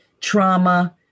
trauma